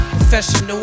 Professional